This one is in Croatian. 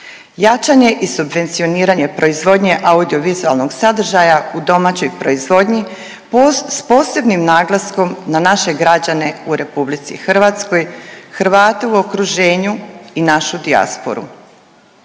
Jačanje i subvencioniranje proizvodnje audio-vizualnog sadržaja u domaćoj proizvodnji s posebnim naglaskom na naše građane u Republici Hrvatskoj, Hrvate u okruženju i našu dijasporu.